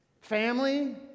family